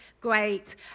great